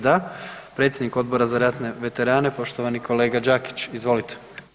Da, predsjednik Odbora za ratne veterane, poštovani kolega Đakić, izvolite.